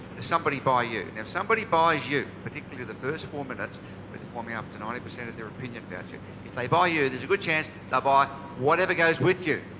somebody buy you? if somebody buys you, particularly the first four minutes, but they're forming up to ninety percent of their opinion about you. if they buy you, there's a good chance they'll buy whatever goes with you.